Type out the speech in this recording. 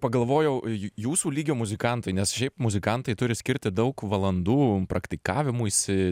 pagalvojau ju jūsų lygio muzikantai nes šiaip muzikantai turi skirti daug valandų praktikavimuisi